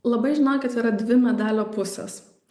labai žinokit yra dvi medalio pusės